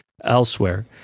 elsewhere